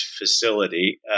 facility